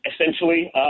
essentially